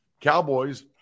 Cowboys